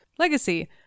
Legacy